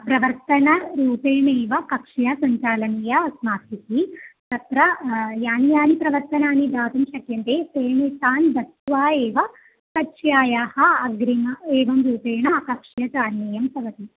प्रवर्तनरूपेणैव कक्षा सञ्चालनीया अस्माभिः तत्र यानि यानि प्रवर्तनानि दातुं शक्यन्ते तेन् तान् दत्वा एव कक्षायाः अग्रिमम् एव रूपेण कक्षा चालनीया भवति